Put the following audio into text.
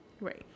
Right